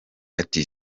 ati